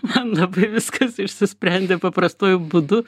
man labai viskas išsisprendė paprastuoju būdu